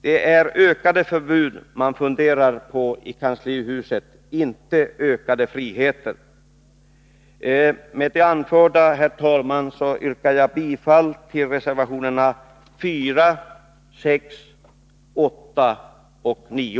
Det är ökade förbud man funderar på i kanslihuset, inte ökad frihet. Med det anförda, herr talman, yrkar jag bifall till reservationerna 4, 6, 8 och 9.